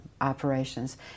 operations